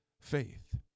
faith